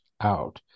out